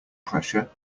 pressure